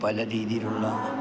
പല രീതിയിലുള്ള